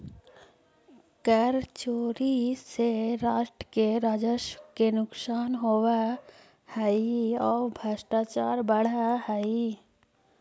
कर चोरी से राष्ट्र के राजस्व के नुकसान होवऽ हई औ भ्रष्टाचार बढ़ऽ हई